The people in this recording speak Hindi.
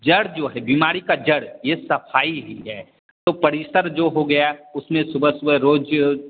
जड़ जो है बिमारी का जड़ ये सफाई ही है तो परिसर जो हो गया उसमें सुबह सुबह रोज